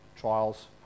Trials